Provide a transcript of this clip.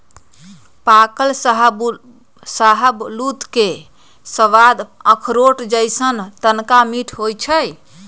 पाकल शाहबलूत के सवाद अखरोट जइसन्न तनका मीठ होइ छइ